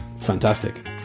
fantastic